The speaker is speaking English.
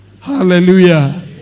Hallelujah